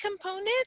component